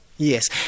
Yes